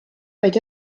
vaid